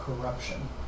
corruption